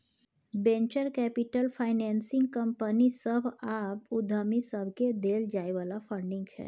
venture capital financing company सभ आ उद्यमी सबकेँ देल जाइ बला फंडिंग छै